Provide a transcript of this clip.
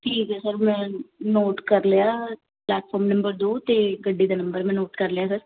ਠੀਕ ਹੈ ਸਰ ਮੈਂ ਨੋਟ ਕਰ ਲਿਆ ਪਲੈਟਫੋਮ ਨੰਬਰ ਦੋ ਅਤੇ ਗੱਡੀ ਦਾ ਨੰਬਰ ਮੈਂ ਨੋਟ ਕਰ ਲਿਆ ਸਰ